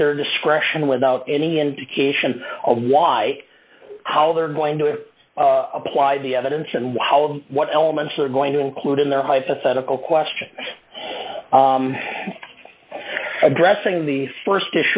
at their discretion without any indication of why how they're going to apply the evidence and wow what elements are going to include in their hypothetical question addressing the